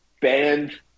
banned